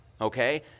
Okay